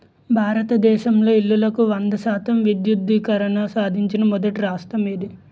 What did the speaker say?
భారతదేశంలో ఇల్లులకు వంద శాతం విద్యుద్దీకరణ సాధించిన మొదటి రాష్ట్రం ఏది?